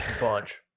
Bunch